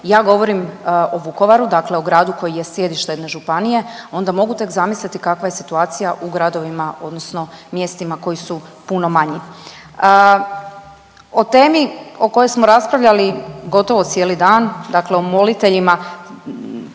Ja govorim o Vukovaru dakle o gradu koji je sjedište jedne županije, onda mogu tek zamisliti kakva je situacija u gradovima odnosno mjestima koji su puno manji. O temi o kojoj smo raspravljali gotovo cijeli dan, dakle o moliteljima